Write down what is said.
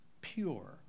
pure